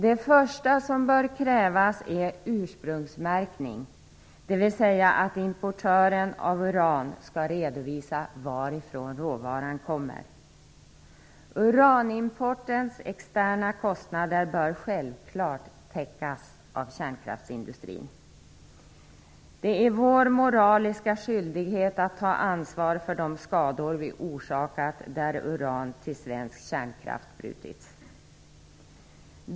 Det första som bör krävas är ursprungsmärkning, dvs. att importören av uran skall redovisa varifrån råvaran kommer. Uranimportens externa kostnader bör självfallet täckas av kärnkraftsindustrin. Det är vår moraliska skyldighet att ta ansvar för de skador vi orsakat, där uran till svensk kärnkraft brutits.